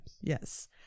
Yes